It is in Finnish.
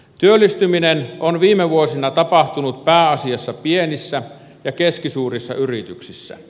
työllistyminen on viime vuosina tapahtunut pääasiassa pienissä ja keskisuurissa yrityksissä